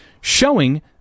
showing